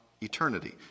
eternity